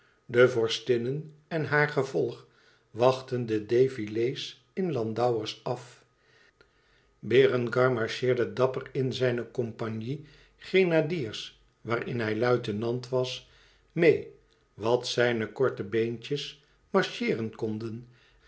de vorstinnen en haar gevolg wachtten de défilé's in landauers af berengar marcheerde dapper in zijne compagnie grenadiers waarin hij luitenant was meê wat zijne korte beentjes marcheeren konden